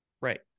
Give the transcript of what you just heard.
Right